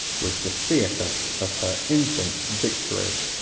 was the theatre of her infant victories.